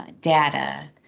data